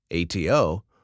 ATO